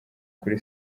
kuri